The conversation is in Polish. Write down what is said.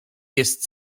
jest